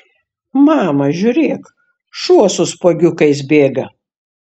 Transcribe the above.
mama žiūrėk šuo su spuogiukais bėga